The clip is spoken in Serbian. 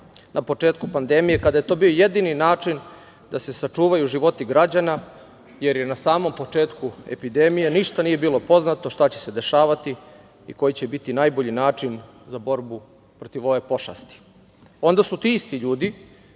na početku pandemije kada je to bio jedini način da se sačuvaju životi građana, jer na samom početku epidemije ništa nije bilo poznato šta će se dešavati i koji će biti najbolji način za borbu protiv ove pošasti. Onda su ti isti ljudi,